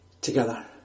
together